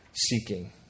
seeking